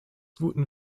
guten